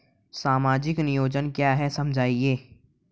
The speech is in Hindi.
सामाजिक नियोजन क्या है समझाइए?